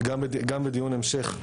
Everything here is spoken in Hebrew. גם בדיון המשך,